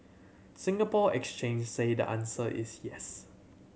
Singapore Exchange said the answer is yes